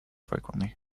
frequently